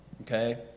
okay